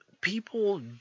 people